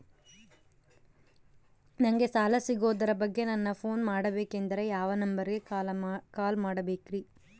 ನಂಗೆ ಸಾಲ ಸಿಗೋದರ ಬಗ್ಗೆ ನನ್ನ ಪೋನ್ ಮಾಡಬೇಕಂದರೆ ಯಾವ ನಂಬರಿಗೆ ಕಾಲ್ ಮಾಡಬೇಕ್ರಿ?